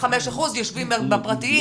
75% יושבים בפרטיים